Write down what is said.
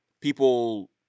people